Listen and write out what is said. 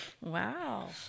Wow